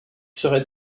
serait